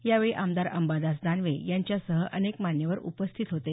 यावेळी आमदार अंबादास दानवे यांच्यासह अनेक मान्यवर उपस्थित होते